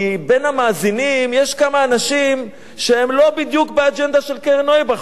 כי בין המאזינים יש כמה אנשים שהם לא בדיוק באג'נדה של קרן נויבך,